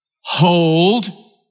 hold